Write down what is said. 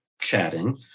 chatting